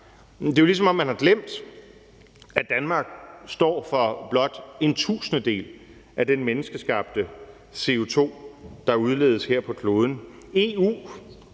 det er jo, ligesom om man har glemt, at Danmark står for blot en tusindedel af den menneskeskabte CO2, der udledes her på kloden. EU